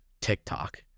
TikTok